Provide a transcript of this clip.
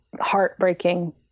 heartbreaking